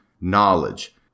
knowledge